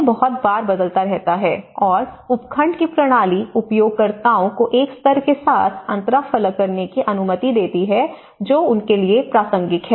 यह बहुत बार बदलता रहता है और उपखंड की प्रणाली उपयोगकर्ताओं को एक स्तर के साथ अंतराफलक करने की अनुमति देती है जो उनके लिए प्रासंगिक है